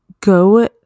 Go